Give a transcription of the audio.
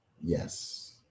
yes